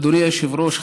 אדוני היושב-ראש,